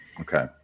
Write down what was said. Okay